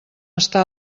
està